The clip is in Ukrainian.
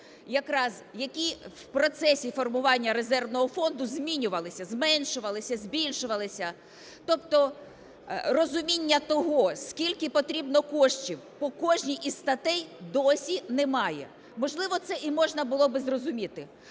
які в процесі формування резервного фонду змінювалися: зменшувалися, збільшувалися. Тобто розуміння того, скільки потрібно коштів по кожній із статей, досі немає. Можливо, це і можна було б зрозуміти,